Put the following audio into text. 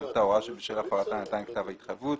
את ההוראה שבשלה ניתן כתב ההתחייבות,